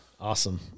Awesome